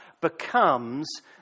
becomes